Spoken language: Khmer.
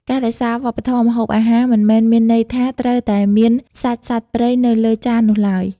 ការរក្សាវប្បធម៌ម្ហូបអាហារមិនមែនមានន័យថាត្រូវតែមានសាច់សត្វព្រៃនៅលើចាននោះឡើយ។